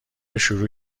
شروع